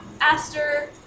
Aster